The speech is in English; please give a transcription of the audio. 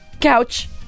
couch